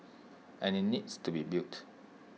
and IT needs to be built